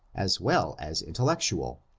as well as intellectual.